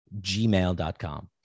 gmail.com